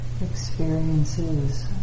experiences